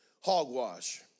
hogwash